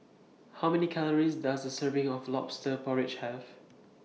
How Many Calories Does A Serving of Lobster Porridge Have